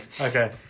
Okay